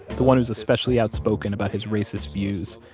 the one who's especially outspoken about his racist views,